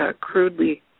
crudely